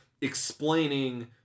explaining